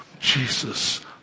Jesus